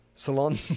Salon